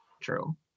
True